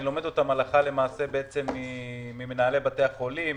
אני לומד אותן הלכה למעשה ממנהלי בתי החולים,